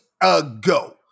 ago